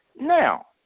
now